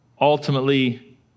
ultimately